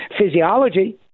physiology